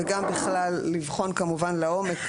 וגם בכלל לבחון כמובן לעומק.